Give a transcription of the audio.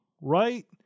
right